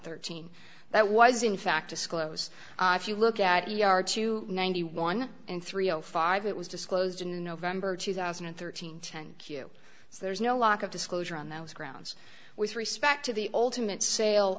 thirteen that was in fact disclose if you look at yard two ninety one and three o five it was disclosed in november two thousand and thirteen ten you so there's no lack of disclosure on those grounds with respect to the ultimate sale